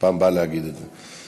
בפעם הבאה להגיד את זה.